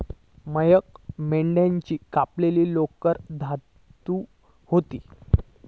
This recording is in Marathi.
मेहक मेंढ्याची कापलेली लोकर धुत होती